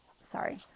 Sorry